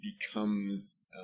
becomes